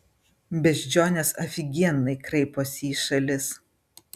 beždžionės afigienai kraiposi į šalis